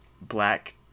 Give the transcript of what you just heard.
Black